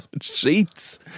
sheets